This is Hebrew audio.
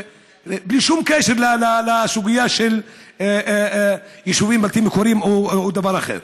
בלי שום קשר לסוגיה של יישובים בלתי מוכרים או דבר אחר.